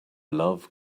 love